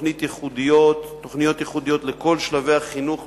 תוכניות ייחודיות לכל שלבי החינוך,